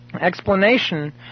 explanation